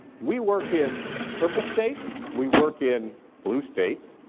we work in purple states, we work in blue states,